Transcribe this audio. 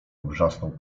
wrzasnął